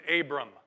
Abram